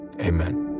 Amen